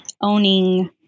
owning